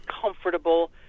comfortable